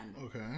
Okay